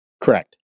Correct